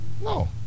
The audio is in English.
No